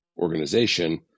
organization